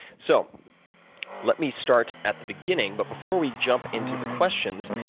so let me start at the beginning, but before we jump into the questions,